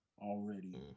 already